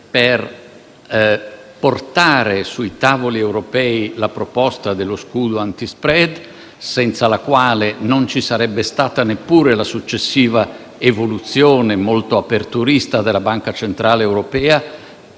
per portare sui tavoli europei la proposta dello scudo anti-*spread*, senza la quale non ci sarebbe stata neppure la successiva evoluzione, molto aperturista, della Banca centrale europea,